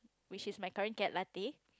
which is my current cat latte